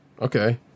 okay